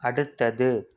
அடுத்தது